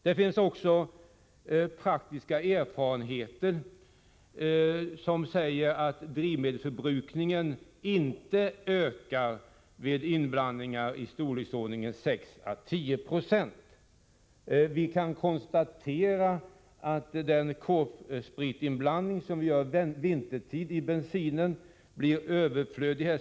Det finns också praktiska erfarenheter som säger att drivmedelsförbrukningen inte ökar vid inblandning i storleksordningen 6 å 10 90. Vi kan konstatera att den inblandning av K-sprit som vintertid görs i bensin blir överflödig.